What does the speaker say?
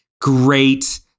Great